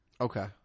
Okay